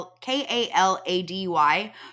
K-A-L-A-D-Y